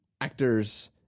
actors